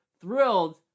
thrilled